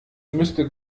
müsste